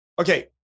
Okay